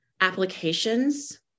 applications